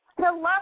Hello